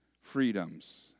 freedoms